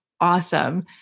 awesome